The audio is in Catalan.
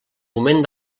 moment